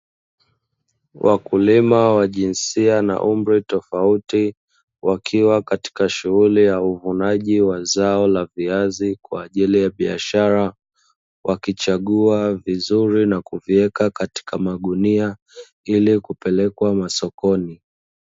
Wakulima wa jinsia na umri tofauti wakiwa katika shughuli ya uvunaji wa zao la viazi kwa ajili ya biashara wakichagua vizuri na kuviweka katika magunia ili kupelekwa masokoni.